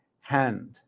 hand